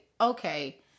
okay